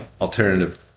alternative